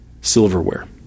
silverware